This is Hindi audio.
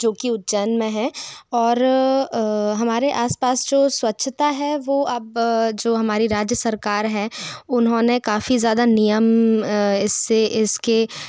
जोकि उज्जैन में है और हमारे आस पास जो स्वच्छता है वो अब जो हमारी राज्य सरकार है उन्होंने काफ़ी ज़्यादा नियम इससे इसके